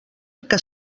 que